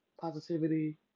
positivity